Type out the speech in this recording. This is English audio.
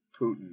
Putin